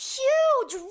huge